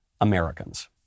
Americans